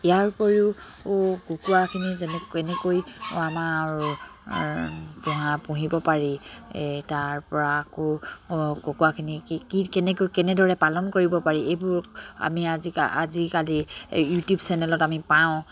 ইয়াৰ উপৰিও কুকুৰাখিনি যেনে কেনেকৈ আমাৰ আৰু পোহা পুহিব পাৰি এই তাৰপৰা আকৌ কুকুৰাখিনি কি কি কেনেকৈ কেনেদৰে পালন কৰিব পাৰি এইবোৰ আমি আজিকালি ইউটিউব চেনেলত আমি পাওঁ